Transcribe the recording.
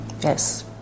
Yes